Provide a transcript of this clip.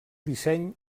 disseny